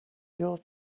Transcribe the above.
your